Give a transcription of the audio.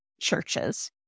churches